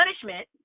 punishment